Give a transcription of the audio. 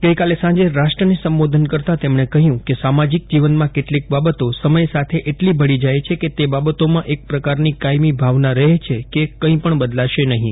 ગઈકાલે સાંજે રાષ્ટ્રને સંબોધન કરતાં તેમણે કહ્યું કે સામાજિક જીવનમાં કેટલીક બાબતો સમય સાથે એટલી ભળી જાય છે કે તે બાબતોમાં એક પ્રકારની કાયમી ભાવના રહે છે કે કંઈપણ બદલાશે નહીં